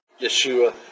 Yeshua